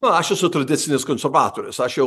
nu aš esu tradicinis konservatorius aš jau